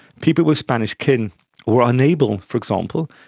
people with spanish kin were unable, for example,